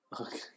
Okay